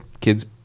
Kids